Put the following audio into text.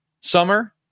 summer